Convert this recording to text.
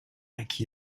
like